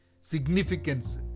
significance